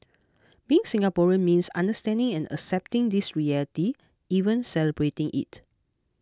being Singaporean means understanding and accepting this reality even celebrating it